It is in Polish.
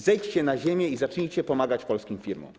Zejdźcie na ziemię i zacznijcie pomagać polskim firmom.